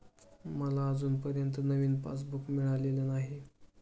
मला अजूनपर्यंत नवीन पासबुक मिळालेलं नाही